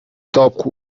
top